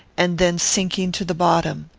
and then sinking to the bottom.